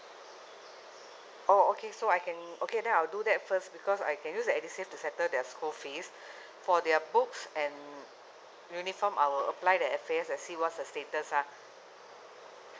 oh okay so I can okay then I'll do that first because I can use that edusave to their school fees for their books and uniform I'll apply the F_A_S and see what's the status lah